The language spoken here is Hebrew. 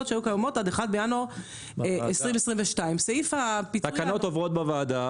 שהיו קיימות עד 1 בינואר 2022. תקנות עוברות בוועדה,